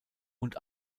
und